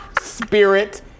Spirit